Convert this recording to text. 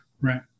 Right